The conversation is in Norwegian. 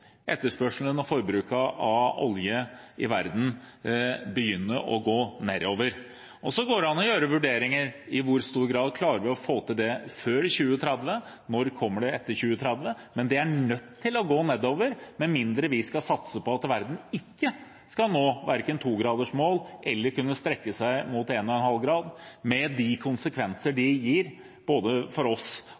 etterspørselen etter og forbruket av olje i verden begynne å gå nedover. Så går det an å gjøre vurderinger av i hvor stor grad vi klarer å få til det før 2030 – når kommer det etter 2030? Men det er nødt til å gå nedover – med mindre en skal satse på at verden ikke skal nå verken 2-gradersmålet eller kunne strekke seg mot 1,5 grader – med de konsekvenser det gir både for oss